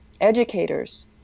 educators